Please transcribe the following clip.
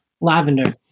Lavender